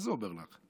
מה זה אומר לך?